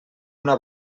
una